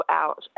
out